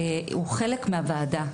כולם חלק מהוועדה.